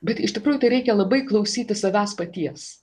bet iš tikrųjų tai reikia labai klausyti savęs paties